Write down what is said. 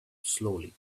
slowly